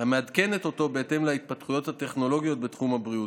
המעדכנת אותו בהתאם להתפתחויות הטכנולוגיות בתחום הבריאות,